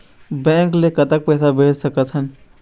Bank ले कतक पैसा भेज सकथन?